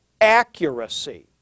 accuracy